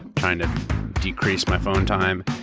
kind of decrease my phone time,